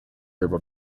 juba